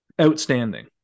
outstanding